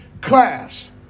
class